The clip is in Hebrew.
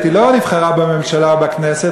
היא לא נבחרה בממשלה או בכנסת,